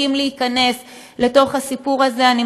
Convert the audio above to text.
אלא אפילו סבסוד,